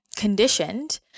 conditioned